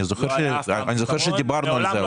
אבל אני זוכר שדיברנו על זה, נכון?